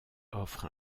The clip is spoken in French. offre